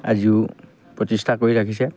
আজিও প্ৰতিষ্ঠা কৰি ৰাখিছে